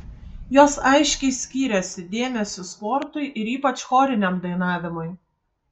jos aiškiai skyrėsi dėmesiu sportui ir ypač choriniam dainavimui